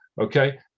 okay